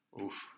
Oof